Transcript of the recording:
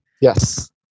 Yes